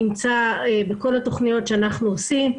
נמצא בכל התכניות שאנחנו עושים.